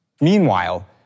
Meanwhile